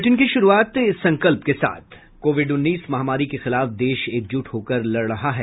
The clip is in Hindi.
बुलेटिन की शुरूआत इस संकल्प के साथ कोविड उन्नीस महामारी के खिलाफ देश एकजुट होकर लड़ रहा है